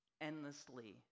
endlessly